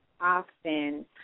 often